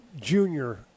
junior